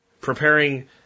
preparing